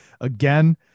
again